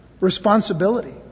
responsibility